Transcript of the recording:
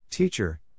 Teacher